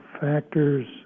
factors